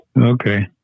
Okay